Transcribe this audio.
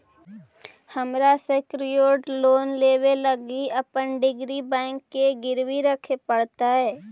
हमरा secured loan लेबे लागी अपन डिग्री बैंक के गिरवी रखे पड़तई